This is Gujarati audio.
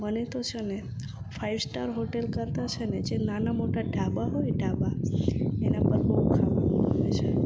મને તો છે ને ફાઇવ સ્ટાર હોટલ કરતાં છે ને જે નાના મોટા ઢાબા હોય ઢાબા એના પર બહુ ખાવાનું મજા આવે છે